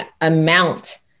amount